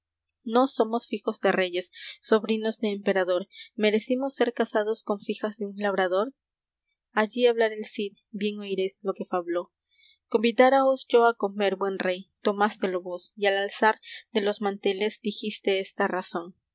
nos somos fijos de reyes sobrinos de emperador merescimos ser casados con fijas de un labrador allí hablara el cid bien oiréis lo que fabló convidáraos yo á comer buen rey tomástelo vos y al alzar de los manteles dijistes esta razón